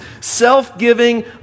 self-giving